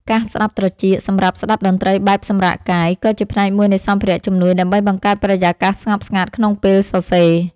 កាសស្ដាប់ត្រចៀកសម្រាប់ស្ដាប់តន្ត្រីបែបសម្រាកកាយ ក៏ជាផ្នែកមួយនៃសម្ភារៈជំនួយដើម្បីបង្កើតបរិយាកាសស្ងប់ស្ងាត់ក្នុងពេលសរសេរ។